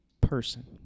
person